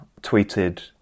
tweeted